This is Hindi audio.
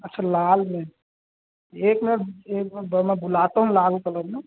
अच्छा लाल में एक मिनट एक मिनट दो मैं बुलाता हूँ लाल कलर में